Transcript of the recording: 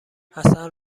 حسن